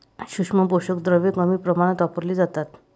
सूक्ष्म पोषक द्रव्ये कमी प्रमाणात वापरली जातात